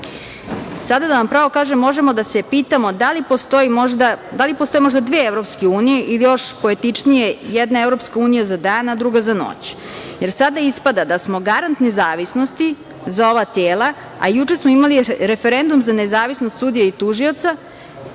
da vam pravo kažem, možemo da se pitamo da li postoje možda dve evropske unije, ili, još poetičnije, jedna Evropska unija za dan, a druga za noć? Jer, sada ispada da smo garant nezavisnosti za ova tela, a juče smo imali referendum za nezavisnost sudija i tužilaca